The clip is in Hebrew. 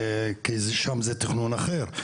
כי שם זה תכנון אחר,